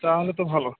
তাহলে তো ভালো